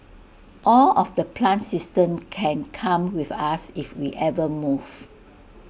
all of the plant systems can come with us if we ever move